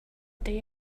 day